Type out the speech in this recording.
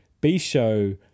B-show